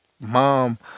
mom